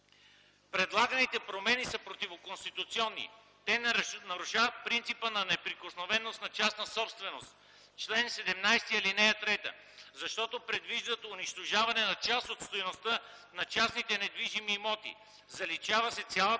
Предлаганите промени са противоконституционни. Те нарушават принципа на неприкосновеност на частна собственост – чл. 17, ал. 3, защото предвиждат унищожаване на част от стойността на частните недвижими имоти, заличава се цялата